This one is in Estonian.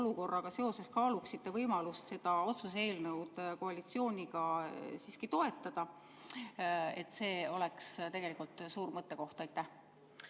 seoses kaaluksite võimalust seda otsuse eelnõu koalitsiooniga siiski toetada. See oleks tegelikult suur mõttekoht.